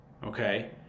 Okay